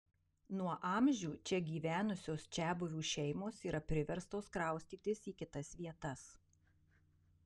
nuo amžių čia gyvenusios čiabuvių šeimos yra priverstos kraustytis į kitas vietas